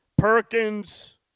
Perkins